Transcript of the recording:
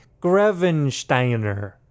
grevensteiner